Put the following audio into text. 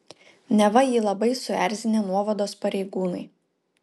neva jį labai suerzinę nuovados pareigūnai